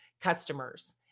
customers